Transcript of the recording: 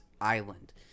island